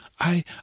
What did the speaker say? I